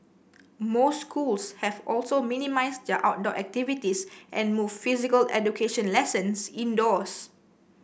most schools have also minimised their outdoor activities and moved physical education lessons indoors